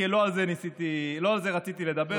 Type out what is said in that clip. כי לא על זה רציתי לדבר.